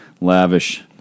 lavish